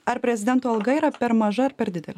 ar prezidento alga yra per maža ar per didelė